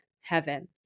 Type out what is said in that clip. heaven